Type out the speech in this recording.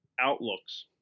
outlooks